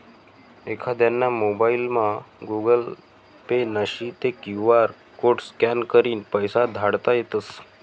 एखांदाना मोबाइलमा Google pay नशी ते क्यु आर कोड स्कॅन करीन पैसा धाडता येतस